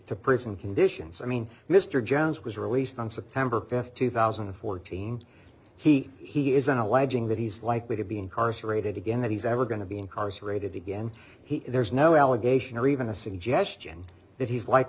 to prison conditions i mean mr jones was released on september th two thousand and fourteen he he isn't alleging that he's likely to be incarcerated again that he's ever going to be incarcerated again there's no allegation or even a suggestion that he's like